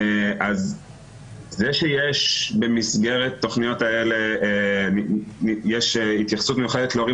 זה שיש במסגרת התכניות האלה התייחסות מיוחדת להורים